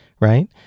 right